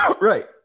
right